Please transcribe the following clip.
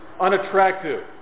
unattractive